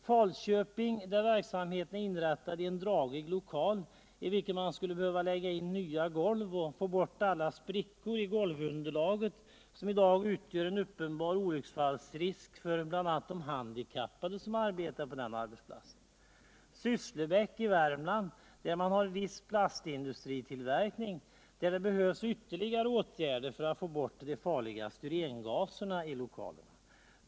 Falköping, där verksamheten är inrättad i en dragig lokal i vilken man skulle behöva lägga in nya golv och behöva få bort alla de sprickor i golvunderlaget som i dag utgör en uppenbar olycksfallsrisk för bl.a. de handikappade som arbetar där. Sysslebäck i Värmland, där man har viss plastindustritillverkning och där det behövs vtterligare åtgärder för att få bort de farliga styrengaserna i Jokalerna.